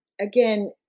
again